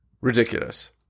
Ridiculous